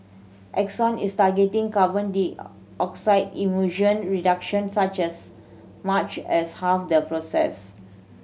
Exxon is targeting carbon dioxide emission reduction such as much as half the process